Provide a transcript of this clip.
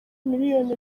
miliyoni